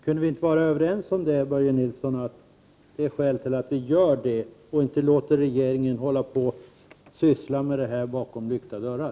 Kunde vi inte vara överens om, Börje Nilsson, att det är skäl att vi gör det och inte låter regeringen hålla på med detta bakom lyckta dörrar?